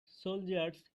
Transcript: soldiers